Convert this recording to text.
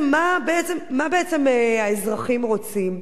מה בעצם האזרחים רוצים?